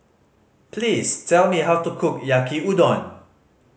please tell me how to cook Yaki Udon